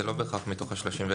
זה לא בהכרח מתוך ה-31,